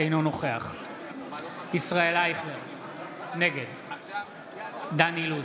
אינו נוכח ישראל אייכלר, נגד דן אילוז,